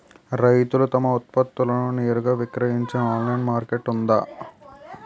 రైతులు తమ ఉత్పత్తులను నేరుగా విక్రయించే ఆన్లైన్ మార్కెట్ ఉందా?